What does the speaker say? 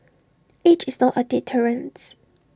age is not A deterrence